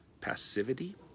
passivity